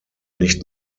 nicht